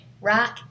rock